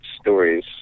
stories